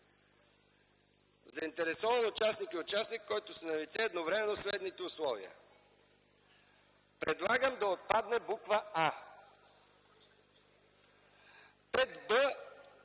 „Заинтересован участник” е участник, за който са налице едновременно следните условия:”. Предлагам да отпадне буква „а”.